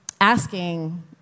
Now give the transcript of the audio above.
asking